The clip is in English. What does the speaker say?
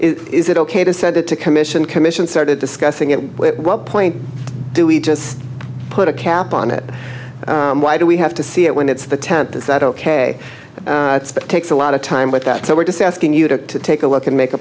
is it ok to set it to commission commission started discussing it what point do we just put a cap on it why do we have to see it when it's the tenth is that ok it takes a lot of time with that so we're just asking you to take a look and make a